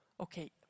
Okay